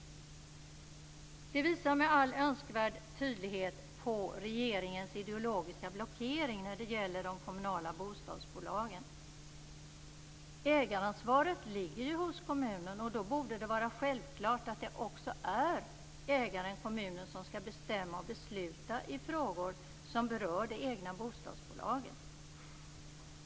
Detta visar med all önskvärd tydlighet på regeringens ideologiska blockering när det gäller de kommunala bostadsbolagen. Ägaransvaret ligger ju hos kommunen, och då borde det vara självklart att det också är ägaren-kommunen som skall bestämma och besluta i frågor som berör det egna bostadsbolaget.